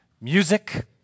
music